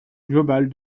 globale